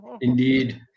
Indeed